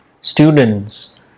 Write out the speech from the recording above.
students